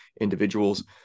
individuals